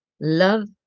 love